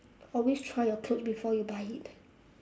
always try your clothes before you buy it